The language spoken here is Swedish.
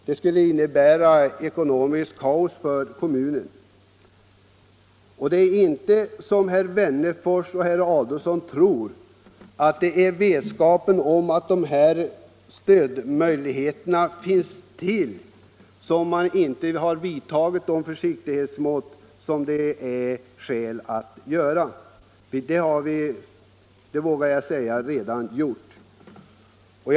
Det skulle innebära ekonomiskt kaos för kommunen. Det är inte heller som reservanterna tror, att det är vetskapen om att dessa stödmöjligheter finns som skulle ha gjort att vi inte har iakttagit den försiktighet som det har funnits skäl till. Jag vågar säga att vi har iakttagit den.